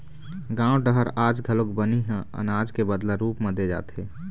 गाँव डहर आज घलोक बनी ह अनाज के बदला रूप म दे जाथे